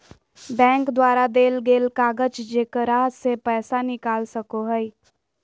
bank द्वारा देल गेल कागज जेकरा से पैसा निकाल सको हइ